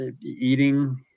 eating